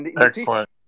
Excellent